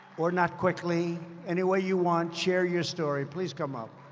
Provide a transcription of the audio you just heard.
or not quickly any way you want share your story. please come up.